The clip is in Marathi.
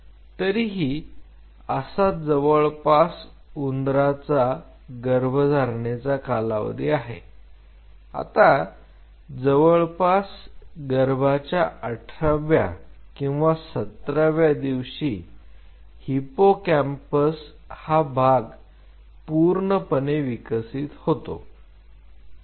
तरीही असा जवळपास उंदराचा गर्भधारणेचा कालावधी आहे आता जवळपास गर्भाच्या 18 व्या किंवा 17 व्या दिवशी हिप्पोकॅम्पस हा भाग पूर्णपणे विकसित होतो